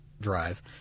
drive